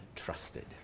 trusted